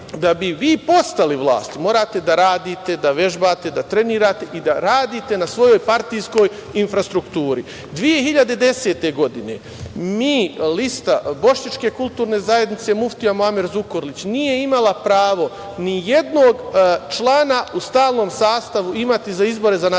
da bi vi postali vlast morate da radite, da vežbate, da trenirate i da radite na svojoj partijskoj infrastrukturi. Godine 2010. mi lista Bošnjačke kulturne zajednice – muftija Muamer Zukorlić nije imala pravo nijednog člana u stalnom sastavu imati za izbore za nacionalne